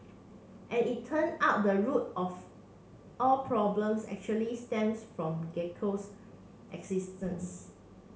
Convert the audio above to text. and it turn out the root of all problems actually stems from gecko's existence